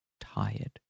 tired